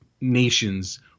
nations